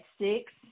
six